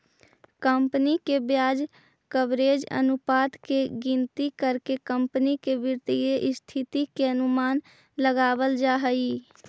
company के ब्याज coverage अनुपात के गिनती करके कंपनी के वित्तीय स्थिति के अनुमान लगावल जा हई